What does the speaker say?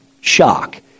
Shock